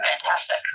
Fantastic